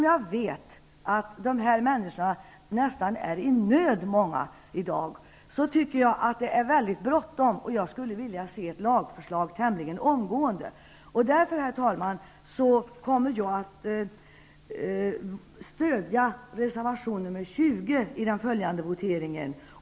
Jag vet att många av dessa människor är i nöd i dag, och det är därför bråttom. Jag skulle vilja se ett lagförslag tämligen omgående. Herr talman! Jag kommer därför att stödja reservation 20 i den följande voteringen.